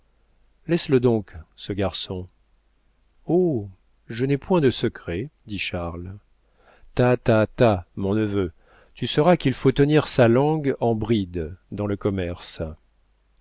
laisse-le donc ce garçon oh je n'ai point de secrets dit charles ta ta ta mon neveu tu sauras qu'il faut tenir sa langue en bride dans le commerce